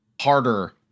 harder